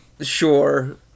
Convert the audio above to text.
Sure